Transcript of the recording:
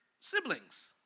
siblings